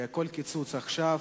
וכל קיצוץ עכשיו,